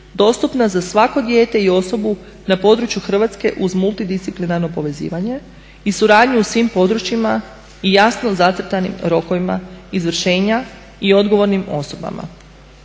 dostupna za svako dijete i osobu na području Hrvatske uz multidisciplinarno povezivanje i suradnju u svim područjima i jasno zacrtanim rokovima izvršenja i odgovornim osobama.